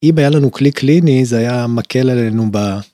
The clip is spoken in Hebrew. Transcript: אם היה לנו כלי קליני זה היה מקל עלינו ב...